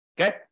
Okay